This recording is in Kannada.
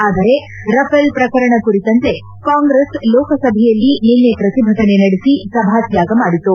ಆದರೆ ರಫೆಲ್ ಪ್ರಕರಣ ಕುರಿತಂತೆ ಕಾಂಗ್ರೆಸ್ ಲೋಕಸಭೆಯಲ್ಲಿ ನಿನ್ನೆ ಪ್ರತಿಭಟನೆ ನಡೆಸಿ ಸಭಾತ್ಯಾಗ ಮಾಡಿತು